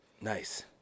Nice